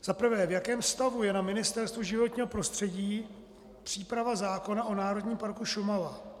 Za prvé: V jakém stavu je na Ministerstvu životního prostředí příprava zákona o Národním parku Šumava?